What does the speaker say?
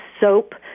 soap